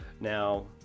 Now